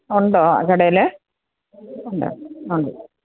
ഉണ്ടോ കടയിൽ ഉണ്ടോ ഉണ്ട്